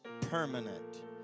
permanent